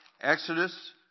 Exodus